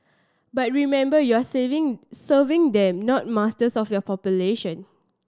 but remember you are saving serving them not masters of your population